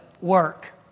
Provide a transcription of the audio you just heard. work